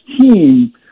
team